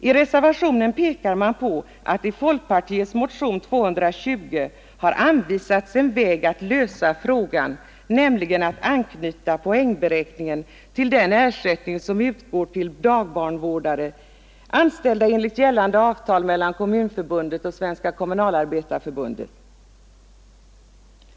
I reservationen pekar man på att i folkpartiets motion 220 har anvisats en väg att lösa frågan, nämligen att anknyta poängberäkningen till den ersättning som utgår till dagbarnvårdare, anställda enligt gällande avtal mellan Kommunförbundet och Svenska kommu nalarbetareförbundet.